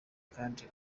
kandi